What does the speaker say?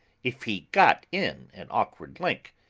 if he got in an awkward kink.